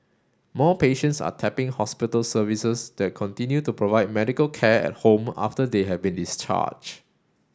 more patients are tapping hospital services that continue to provide medical care at home after they have been discharged